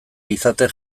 izaten